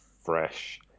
fresh